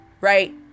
right